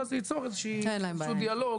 זה ייצור איזה שהוא דיאלוג.